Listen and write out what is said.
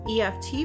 EFT